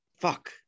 Fuck